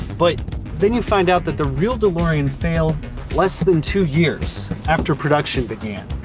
but then you find out that the real delorean failed less than two years after production began.